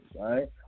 Right